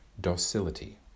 docility